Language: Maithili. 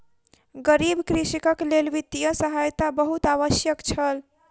गरीब कृषकक लेल वित्तीय सहायता बहुत आवश्यक छल